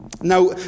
Now